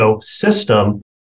system